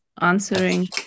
answering